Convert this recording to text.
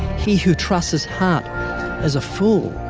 he who trusts his heart is a fool.